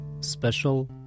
Special